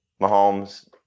Mahomes